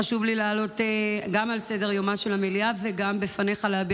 חשוב לי להעלות אותו גם על סדר-יומה של המליאה,